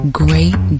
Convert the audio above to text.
great